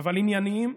אבל ענייניים,